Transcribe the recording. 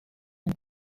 and